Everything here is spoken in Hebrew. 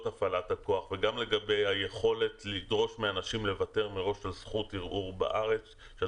הפעלת הכוח וגם לגבי היכולת לדרוש מאנשים לוותר מראש על זכות ערעור בארץ,